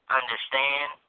understand